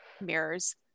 mirrors